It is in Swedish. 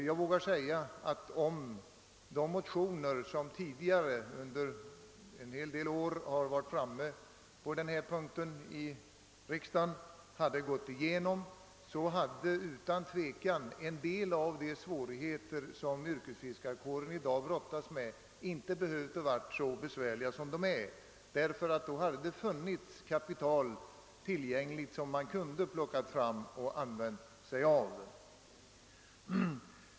Jag vågar säga att om de motioner som under senare år framlagts i denna fråga hade bifallits av riksdagen, så hade utan tvekan en del av de svårigheter, som yrkesfiskarkåren brottas med, inte behövt vara så besvärliga som de nu är. Då hade det funnits kapital tillgängligt, vilket man kunnat plocka fram och använda.